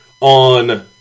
On